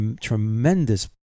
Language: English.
tremendous